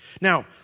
Now